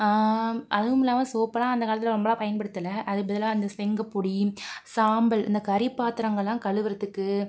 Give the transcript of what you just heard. அதுவும் இல்லாமல் சோப்புலாம் அந்த காலத்தில் ரொம்பலாம் பயன்படுத்தலை அதுக்கு பதிலாக இந்த செங்கப்பொடி சாம்பல் இந்த கரி பாத்திரங்கள்லாம் கழுவுகிறத்துக்கு